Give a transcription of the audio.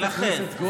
על מה אתם מסתייגים?